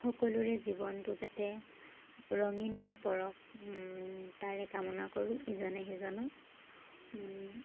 সকলোৰে জীৱনটো যাতে ৰঙীন হৈ পৰক তাৰে কামনা কৰোঁ ইজনে সিজনক